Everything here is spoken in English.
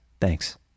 Thanks